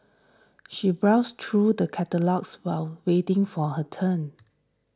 she browsed through the catalogues while waiting for her turn